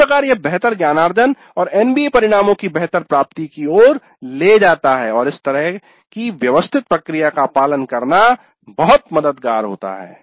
इस प्रकार यह बेहतर ज्ञानार्जन और NBA परिणामों की बेहतर प्राप्ति की ओर ले जाता है और इस तरह की व्यवस्थित प्रक्रिया का पालन करना बहुत मददगार होता है